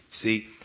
See